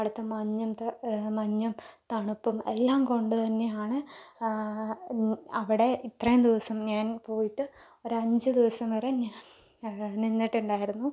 അവിടുത്തെ മഞ്ഞുണ്ട് മഞ്ഞും തണുപ്പും എല്ലാം കൊണ്ട് തന്നെയാണ് അവിടെ ഇത്രയും ദിവസം ഞാൻ പോയിട്ട് ഒരഞ്ച് ദിവസം വരെ ഞാൻ നിന്നിട്ടുണ്ടായിരുന്നു